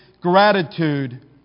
gratitude